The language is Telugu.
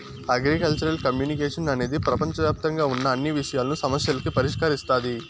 అగ్రికల్చరల్ కమ్యునికేషన్ అనేది ప్రపంచవ్యాప్తంగా ఉన్న అన్ని విషయాలను, సమస్యలను పరిష్కరిస్తాది